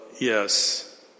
Yes